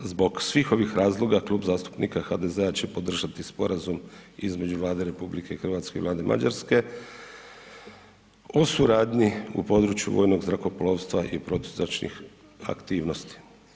Zbog svih ovih razloga Klub zastupnika HDZ-a će podržati Sporazum između Vlade RH i Vlade Mađarske o suradnji u području vojnog zrakoplovstva i protuzračnih aktivnosti.